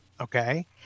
Okay